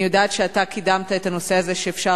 אני יודעת שאתה קידמת את הנושא הזה שאפשר